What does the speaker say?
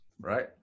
right